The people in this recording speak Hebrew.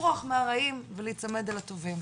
לברוח מהרעים ולצמד אל הטובים,